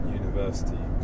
university